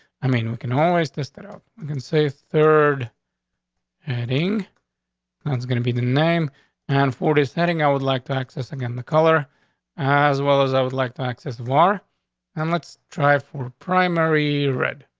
i mean, we can always this that up, you can say, third adding it's gonna be the name and forties heading. i would like to accessing in the color as well as i would like to access of our i'm let's drive for primary red.